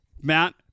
Matt